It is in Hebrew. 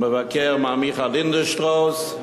המבקר מר מיכה לינדנשטראוס,